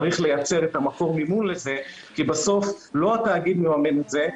צריך לייצר את מקור המימון לזה כי בסוף לא התאגיד מממן את זה,